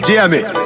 Jamie